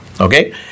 okay